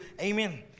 Amen